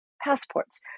passports